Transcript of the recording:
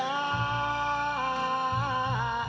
ah